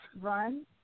Run